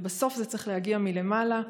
ובסוף זה צריך להגיע מלמעלה.